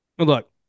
Look